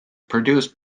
produced